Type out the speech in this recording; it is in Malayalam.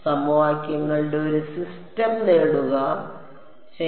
സമവാക്യങ്ങളുടെ ഒരു സിസ്റ്റം നേടുക ശരി